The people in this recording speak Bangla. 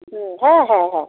হুম হ্যাঁ হ্যাঁ হ্যাঁ